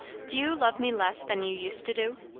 do you love me less than you used to do?